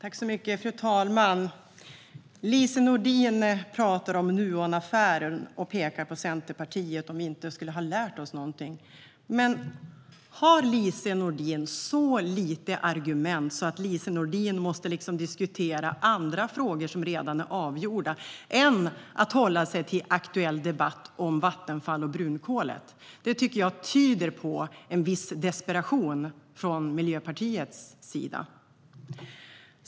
Fru talman! Lise Nordin pratar om Nuonaffären och pekar på Centerpartiet och undrar om vi inte har lärt oss någonting. Har Lise Nordin så lite argument att Lise Nordin måste diskutera andra frågor som redan är avgjorda? Kan hon inte hålla sig till aktuell debatt om Vattenfall och brunkolet? Det tycker jag tyder på en viss desperation från Miljöpartiets sida.